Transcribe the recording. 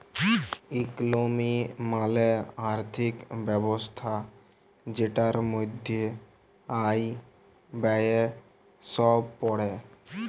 ইকলমি মালে আর্থিক ব্যবস্থা জেটার মধ্যে আয়, ব্যয়ে সব প্যড়ে